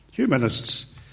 Humanists